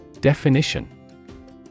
Definition